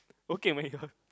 okay my god